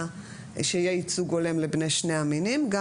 שיהיה ייצוג הולם לבני שני המינים גם,